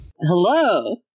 Hello